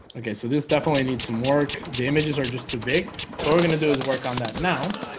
okay, so this definitely needs some work the images are just too big so we're gonna do is work on that now